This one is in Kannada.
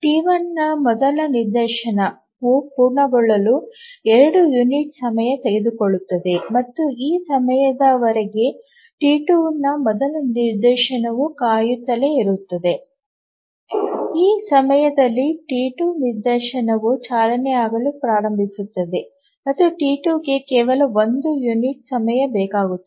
ಟಿ 1 ರ ಮೊದಲ ನಿದರ್ಶನವು ಪೂರ್ಣಗೊಳ್ಳಲು 2 ಯುನಿಟ್ ಸಮಯ ತೆಗೆದುಕೊಳ್ಳುತ್ತದೆ ಮತ್ತು ಆ ಸಮಯದವರೆಗೆ ಟಿ 2 ನ ಮೊದಲ ನಿದರ್ಶನವು ಕಾಯುತ್ತಲೇ ಇರುತ್ತದೆ ಮತ್ತು ಈ ಸಮಯದಲ್ಲಿ ಟಿ 2 ನಿದರ್ಶನವು ಚಾಲನೆಯಾಗಲು ಪ್ರಾರಂಭಿಸುತ್ತದೆ ಮತ್ತು ಟಿ 2 ಗೆ ಕೇವಲ 1 ಯುನಿಟ್ ಸಮಯ ಬೇಕಾಗುತ್ತದೆ